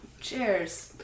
Cheers